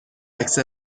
عکس